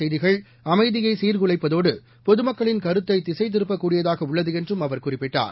செய்திகள் அமைதியை சீர்குலைப்பதோடு பொதுமக்களின் தவறான கருத்தை திசை திருப்பக்கூடியதாக உள்ளது என்றும் அவர் குறிப்பிட்டார்